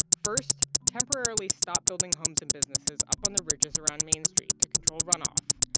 first, temporarily stop building homes and businesses up on the ridges around main street to control runoff.